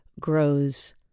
grows